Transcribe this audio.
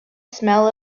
smell